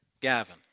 Gavin